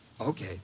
Okay